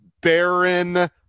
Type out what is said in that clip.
Baron